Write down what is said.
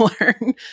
learn